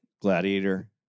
Gladiator